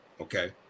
Okay